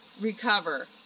recover